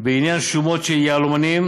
בעניין שומות של יהלומנים,